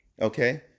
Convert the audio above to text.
Okay